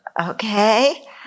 Okay